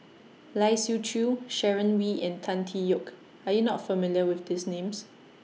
Lai Siu Chiu Sharon Wee and Tan Tee Yoke Are YOU not familiar with These Names